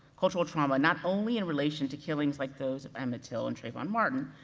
cultural trauma, not only in relation to killings like those emmett till and trayvon martin,